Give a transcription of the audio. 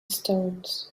stones